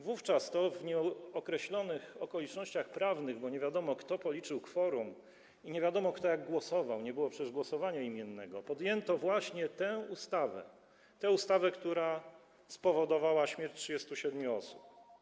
Wówczas to w nieokreślonych okolicznościach prawnych, bo nie wiadomo, kto policzył kworum, i nie wiadomo, kto i jak głosował, nie było przecież głosowania imiennego, uchwalono właśnie tę ustawę, która spowodowała śmierć 37 osób.